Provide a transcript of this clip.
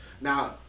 now